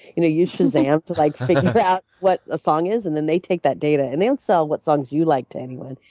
you know use shazam to like figure out what a song is, and and they take that data, and they don't sell what songs you like to anyone.